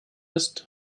ist